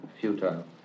futile